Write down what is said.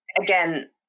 again